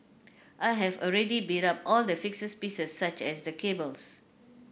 I have already built up all the fixed pieces such as the cables